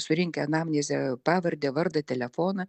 surinkę anamnezę pavardę vardą telefoną